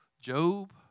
Job